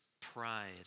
pride